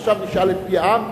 עכשיו נשאל את פי העם.